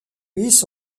luis